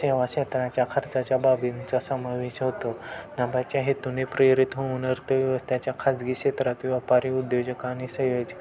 सेवा क्षेत्राच्या खर्चाच्या बाबींचा समावेश होतो नफ्याच्या हेतूने प्रेरित होऊन अर्थव्यवस्थेच्या खाजगी क्षेत्रातील व्यापारी उद्योजक आणि संयोजक